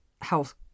health